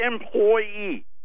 employee